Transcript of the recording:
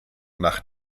nach